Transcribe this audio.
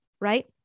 right